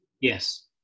Yes